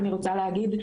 אני רוצה להגיד,